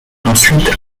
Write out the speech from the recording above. ensuite